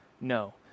no